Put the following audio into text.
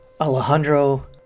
Alejandro